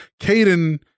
Caden